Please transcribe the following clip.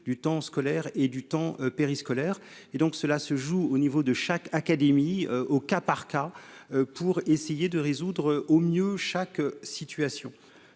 du temps scolaire et du temps périscolaire et donc cela se joue au niveau de chaque académie au cas par cas pour essayer de résoudre au mieux chaque situation,